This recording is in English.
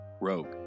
rogue